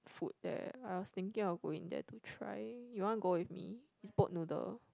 food there I was thinking of going there to try you want to go with me it's boat noodle